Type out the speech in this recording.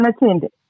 unattended